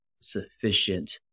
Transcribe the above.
sufficient